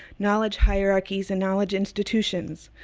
knowledge hierarchies, and knowledge institutions,